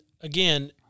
again